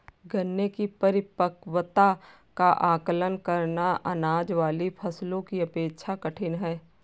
गन्ने की परिपक्वता का आंकलन करना, अनाज वाली फसलों की अपेक्षा कठिन है